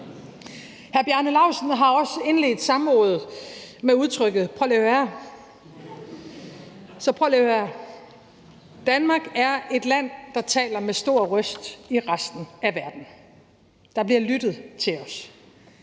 Hr. Bjarne Laustsen har også indledt samråd med udtrykket »prøliiåhørhær«. Så prøv lige at høre her. Danmark er et land, der taler med stor røst i resten af verden. Der bliver lyttet til os